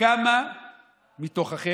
כמה מכם מכירים,